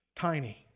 tiny